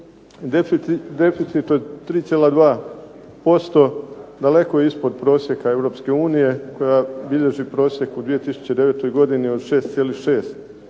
Deficit od 3,2% daleko je ispod prosjeka Europske unije koja bilježi prosjek u 2009. godini od 6,6%,